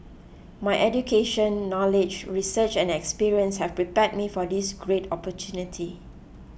my education knowledge research and experience have prepared me for this great opportunity